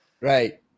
Right